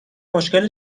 مشکلت